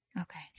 Okay